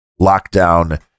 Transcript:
lockdown